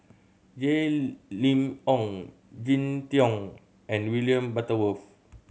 Jay Lim Ong Jin Teong and William Butterworth